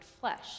flesh